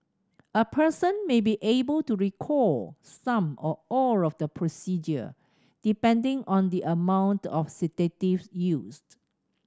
a person may be able to recall some or all of the procedure depending on the amount of sedative used